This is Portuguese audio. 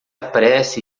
apresse